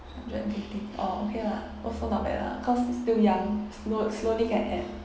hundred and twenty orh okay lah also not bad lah cause it's still young slow slowly can add